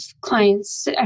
clients